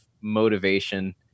motivation